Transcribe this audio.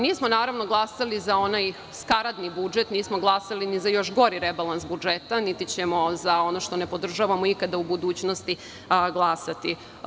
Nismo glasali za onaj skaradni budžet, nismo glasali ni za još gori rebalans budžeta, niti ćemo za ono što ne podržavamo ikada u budućnosti glasati.